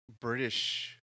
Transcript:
British